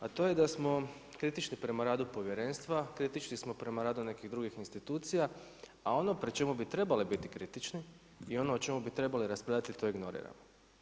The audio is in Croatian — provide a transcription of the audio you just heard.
A to je da smo kritični prema radu povjerenstva, kritični smo prema radu nekih drugih institucija a ono prema čemu bi trebali biti kritični i ono o čemu bi trebali raspravljati to ignoriramo.